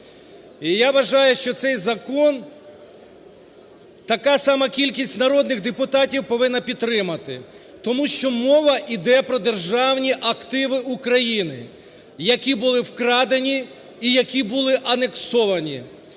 я вважаю, що цей закон така сама кількість народних депутатів повинна підтримати, тому що мова йде про державні активи України, які були вкрадені і які були анексовані.